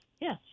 Yes